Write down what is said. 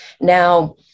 now